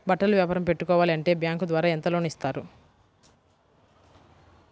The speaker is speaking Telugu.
బట్టలు వ్యాపారం పెట్టుకోవాలి అంటే బ్యాంకు ద్వారా ఎంత లోన్ ఇస్తారు?